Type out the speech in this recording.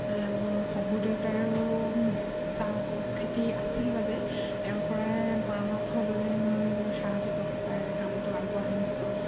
মোৰ শহুৰ দেউতাৰো আৰু চাহ খেতি আছিল বাবে তেওঁৰ পৰাই পৰামৰ্শ লৈ মই মোৰ চাহ ব্যৱসায়ৰ কামটো আগবঢ়াই নিছোঁ